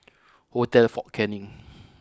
Hotel Fort Canning